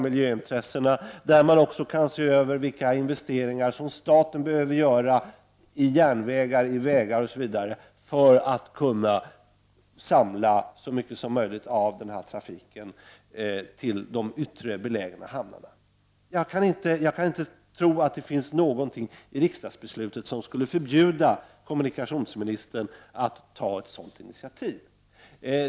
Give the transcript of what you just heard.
Miljöintresset kan beaktas, man kan se över vilka investeringar som staten behöver göra i järnvägar, vägar osv. för att kunna samla så mycket som möjligt av trafiken till de yttre hamnarna. Jag kan inte tro att det finns något i riksdagsbeslutet som skulle förbjuda kommunikationsministern att ta ett sådant initiativ.